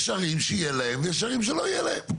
יש ערים שיהיה להם ויש ערים שלא יהיה להם.